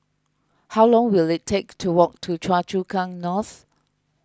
how long will it take to walk to Choa Chu Kang North